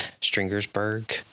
Stringersburg